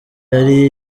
yari